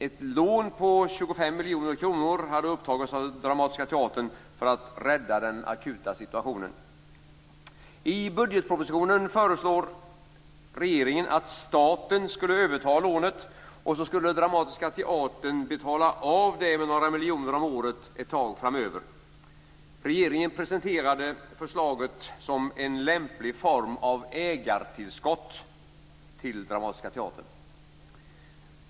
Ett lån på 25 miljoner kronor hade upptagits av Dramatiska teatern för att rädda den akuta situationen. I budgetpropositionen föreslår regeringen att staten skulle överta lånet, och så skulle Dramatiska teatern betala av det med några miljoner om året ett tag framöver. Regeringen presenterade förslaget som en lämplig form av ägartillskott till Dramatiska teatern.